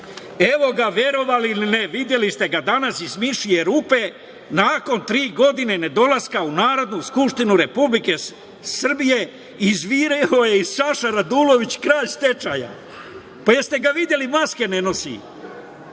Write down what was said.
Evo ga, verovali ili ne, videli ste ga danas, iz mišije rupe, nakon tri godine nedolaska u Narodnu skupštinu Republike Srbije, izvirio je i Saša Radulović, kralj stečaja. Da li ste ga videli, maske ne nosi.